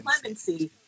clemency